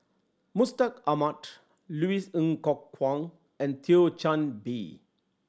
Mustaq Ahmad Louis Ng Kok Kwang and Thio Chan Bee